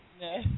No